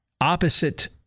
opposite